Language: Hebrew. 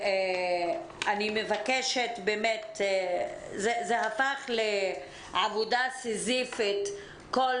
אני מבקשת זה הפך לעבודה סיזיפית בכל